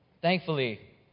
Thankfully